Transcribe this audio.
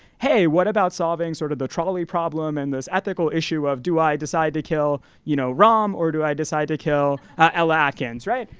hey, what about solving sort of the troubling problem and this ethical issue of do i decide to kill you know, ram or do i decide to kill al atkins, right?